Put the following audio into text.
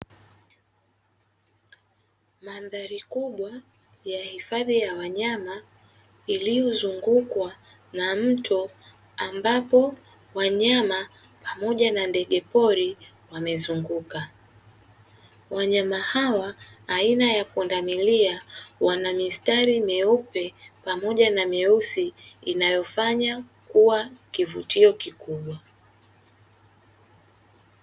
Mandhari kubwa ya hifadhi ya wanyama iliyozungukwa na mto, ambapo wanyama pamoja na ndege pori wamezunguka. Wanyama hawa aina ya pundamilia wana mistari meupe pamoja na meusi, inayofanya kuwa kivutio kikubwa.